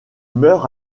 meurt